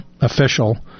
official